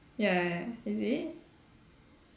ya is it